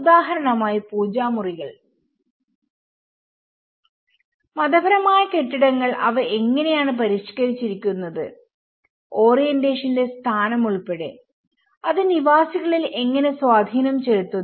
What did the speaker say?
ഉദാഹരണമായി പൂജാമുറികൾ മതപരമായ കെട്ടിടങ്ങൾ അവ എങ്ങനെയാണ് പരിഷ്ക്കരിച്ചിരിക്കുന്നത് ഓറിയന്റേഷന്റെ സ്ഥാനം ഉൾപ്പെടെ അത് നിവാസികളിൽ എങ്ങനെ സ്വാധീനം ചെലുത്തുന്നു